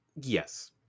Yes